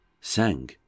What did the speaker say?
sang